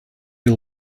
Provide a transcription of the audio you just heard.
you